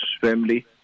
family